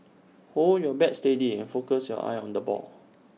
hold your bat steady and focus your eyes on the ball